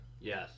Yes